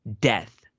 Death